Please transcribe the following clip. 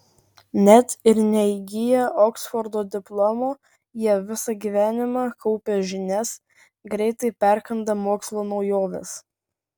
net ir neįgiję oksfordo diplomo jie visą gyvenimą kaupia žinias greitai perkanda mokslo naujoves